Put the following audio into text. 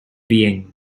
being